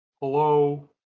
Hello